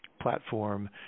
platform